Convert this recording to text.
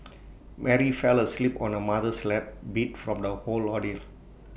Mary fell asleep on her mother's lap beat from the whole ordeal